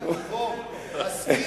ה"סקי"